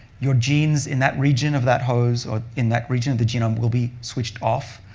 your genes in that region of that hose or in that region of the genome will be switched off.